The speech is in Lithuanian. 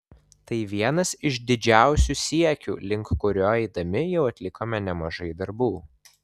tai vienas iš didžiausių siekių link kurio eidami jau atlikome nemažai darbų